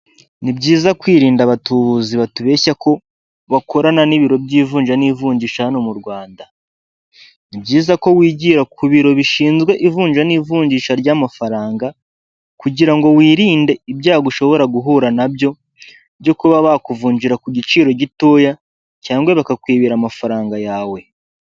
Nibyiza kwirinda abatubuzi batubeshya ko bakorana n'ibiro by'ivunja n'ivunjisha hano mu Rwanda ni byiza ko wigira ku biro bishinzwe ivunja n'ivunjisha ry'amafaranga kugira ngo wirinde ibyago ushobora guhura nabyo byokuba bakuvunjira ku giciro gitoya cyangwa bakakwibira amafaranga yawe.